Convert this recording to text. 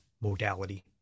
modality